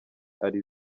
ari